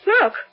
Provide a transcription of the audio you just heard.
look